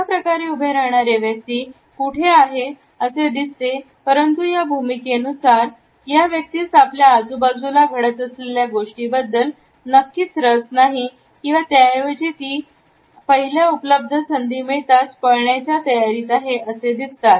अशा प्रकारे उभे राहणारे व्यक्ती कुठे आहे असे दिसते परंतु या भूमिकेनुसार त्या व्यक्तीस आपल्या आजूबाजूला घडत असलेल्या गोष्टीबद्दल नक्कीच रस नाही किंवा त्याऐवजी ती आहे पहिल्या उपलब्ध संधी मिळतात पळण्याच्या तयारीत आहे असे असते